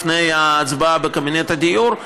לפני ההצבעה בקבינט הדיור.